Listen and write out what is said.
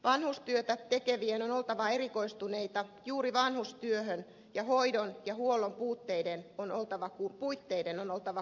vanhustyötä tekevien on oltava erikoistuneita juuri vanhustyöhön ja hoidon ja huollon puitteiden on oltava kunnossa